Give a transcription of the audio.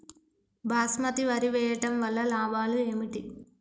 బాస్మతి వరి వేయటం వల్ల లాభాలు ఏమిటి?